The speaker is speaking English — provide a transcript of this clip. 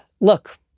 Look